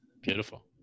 Beautiful